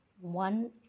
one